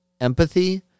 empathy